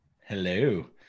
Hello